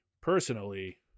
personally